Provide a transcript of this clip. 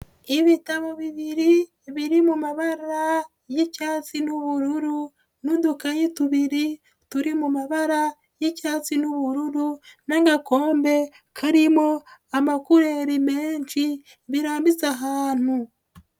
Ibitabo bibiri biri mu mabara y'icyatsi n'ubururu n'udukayi tubiri, turi mu mabara y'icyatsi n'ubururu n'agakombe karimo amakureri menshi birambitse ahantu.